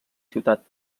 ciutat